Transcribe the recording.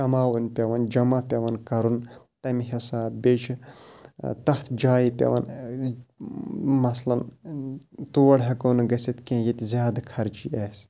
کَماوُن پٮ۪وان جمع پٮ۪وان کَرُن تَمہِ حِساب بیٚیہِ چھِ تَتھ جایہِ پٮ۪وان مثلاً تور ہٮ۪کو نہٕ گٔژھِتھ کیٚنٛہہ ییٚتہِ زیادٕ خرچی آسہِ